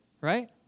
right